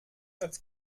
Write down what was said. als